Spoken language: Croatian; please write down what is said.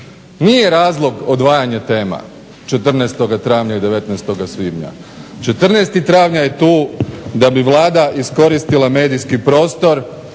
Nije razlog odvajanje tema 14.travnja i 19.svibnja. 14.travnja je tu da bi Vlada iskoristila medijski prostor